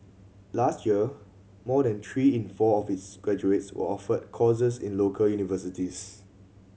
last year more than three in four of its graduates were offered courses in local universities